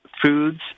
Foods